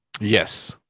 Yes